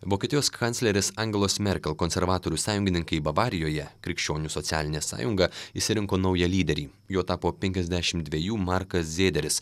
vokietijos kanclerės angelos merkel konservatorių sąjungininkai bavarijoje krikščionių socialinė sąjunga išsirinko naują lyderį juo tapo penkiasdešimt dvejų markas zėderis